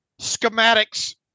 schematics